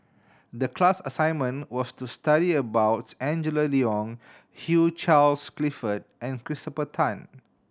the class assignment was to study about Angela Liong Hugh Charles Clifford and Christopher Tan